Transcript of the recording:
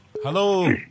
Hello